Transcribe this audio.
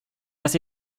was